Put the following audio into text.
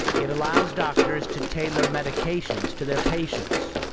it allows doctors to tailor medications to their patients,